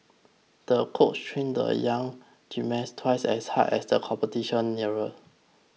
the coach trained the young gymnast twice as hard as the competition neared